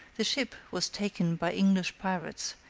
the ship was taken by english pirates,